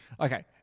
Okay